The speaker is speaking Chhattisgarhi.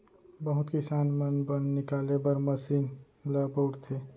बहुत किसान मन बन निकाले बर मसीन ल बउरथे